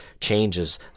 changes